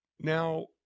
Now